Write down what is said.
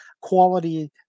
quality